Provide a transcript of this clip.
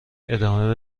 ادامه